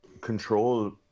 control